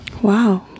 Wow